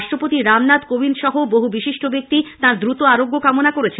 রাষ্ট্রপতি রামনাথ কোবিন্দ সহ বহু বিশিষ্ট ব্যক্তি তাঁর দ্রুত আরোগ্য কামনা করেছেন